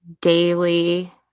daily